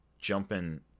jumping